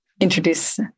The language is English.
introduce